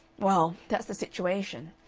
well, that's the situation.